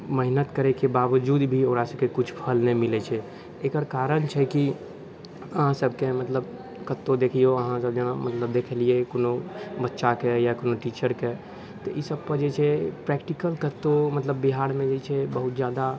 मेहनति करैके बावजूद ओकरासबके किछु फल नहि मिलै छै एकर कारण छै कि अहाँ सबके मतलब कतहु देखिऔ अहाँसब जेना मतलब देखलिए कोनो बच्चाके या कोनो टीचरके तऽ ईसबपर जे छै प्रैक्टिकल कतहु मतलब बिहारमे जे छै बहुत ज्यादा